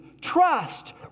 trust